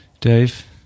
Dave